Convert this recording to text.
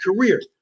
career